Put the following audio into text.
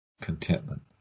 contentment